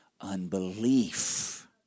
Unbelief